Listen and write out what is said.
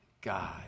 God